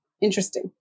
Interesting